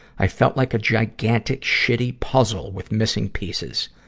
i felt like a gigantic, shitty puzzle with missing pieces.